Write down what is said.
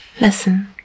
Listen